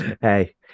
hey